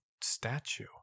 statue